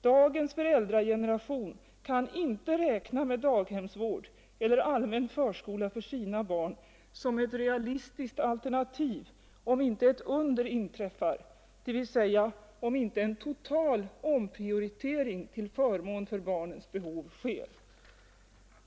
Dagens föräldrageneration kan inte räkna med daghemsvård eller allmän förskola för sina barn som ett realistiskt alternativ, om inte ett under inträffar, dvs. om inte en total omprioritering till förmån för barnens behov sker.